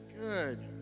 good